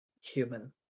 human